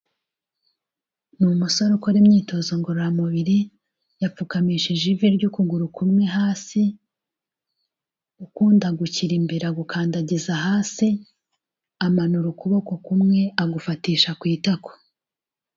Ni umusore ukora imyitozo ngororamubiri yapfukamishije ivi ry'ukuguru kumwe hasi ukundi agushyira imbere agukandagiza hasi, amanura ukuboko kumwe agufatisha ku itako.